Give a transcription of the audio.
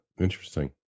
interesting